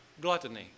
gluttony